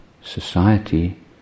society